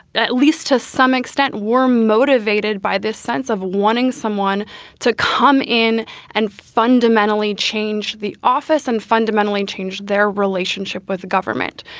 at least to some extent, were motivated by this sense of wanting someone to come in and fundamentally change the office and fundamentally changed their relationship with the government.